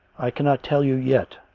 i cannot tell you yet.